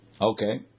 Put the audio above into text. Okay